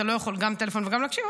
אתה לא יכול גם טלפון וגם להקשיב,